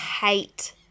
hate